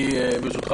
ברשותך,